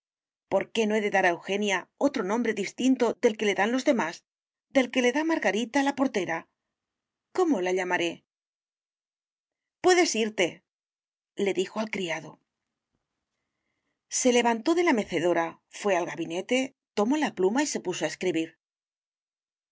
por qué no he de dar a eugenia otro nombre distinto del que le dan los demás del que le da margarita la portera cómo la llamaré puedes irtele dijo al criado se levantó de la mecedora fué al gabinete tomó la pluma y se puso a escribir